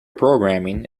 programming